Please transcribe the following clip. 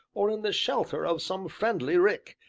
or in the shelter of some friendly rick,